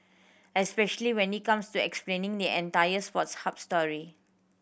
especially when it comes to explaining the entire Sports Hub story